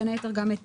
בין היתר גם את